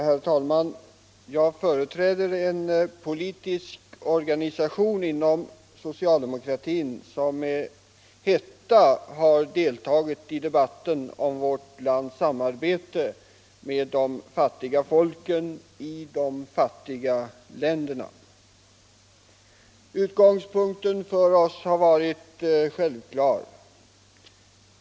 Herr talman! Jag företräder en politisk organisation inom socialdemokratin som med hetta har deltagit i debatten om vårt lands samarbete med de fattiga folken i de fattiga länderna. Utgångspunkten för oss har varit självklar.